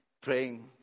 praying